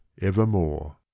evermore